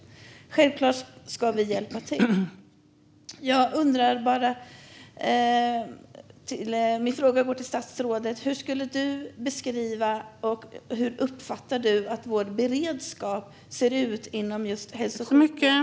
Självklart ska vi hjälpa till. Min fråga till statsrådet är: Hur uppfattar du att vår beredskap ser ut inom just hälso och sjukvården?